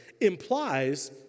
implies